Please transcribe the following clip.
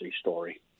story